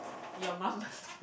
your mum